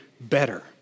better